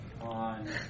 on